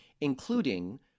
including